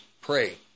pray